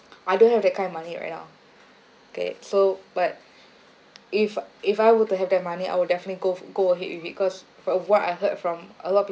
I don't have that kind of money right now okay so but if if I were to have that money I will definitely go fu~ go ahead with it cause from what I heard from a lot of people